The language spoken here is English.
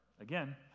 again